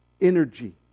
energy